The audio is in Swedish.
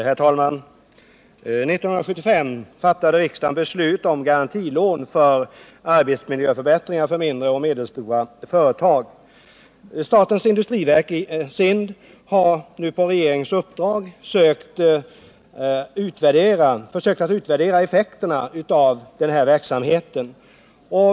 Herr talman! 1975 fattade riksdagen beslut om garantilån för arbetsmiljöförbättringar för mindre och medelstora företag. Statens industriverk har nu på regeringens uppdrag försökt att utvärdera effekterna av den här verksamheten.